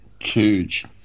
Huge